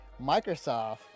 Microsoft